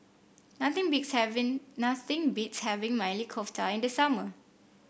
nothing beats having nothing beats having Maili Kofta in the summer